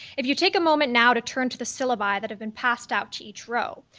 if you take a moment now to turn to the syllabi that have been passed out to each row,